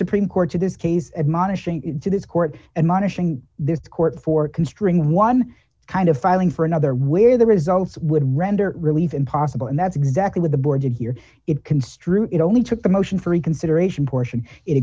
supreme court to this case admonishing to this court and monitoring this court for can string one kind of filing for another where the results would render relief impossible and that's exactly what the board did here it construed it only took the motion for reconsideration portion i